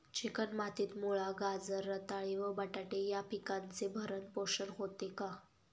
Chicken मातीत मुळा, गाजर, रताळी व बटाटे या पिकांचे भरण पोषण होते का?